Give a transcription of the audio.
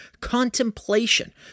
contemplation